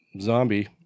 zombie